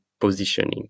positioning